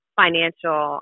financial